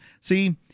See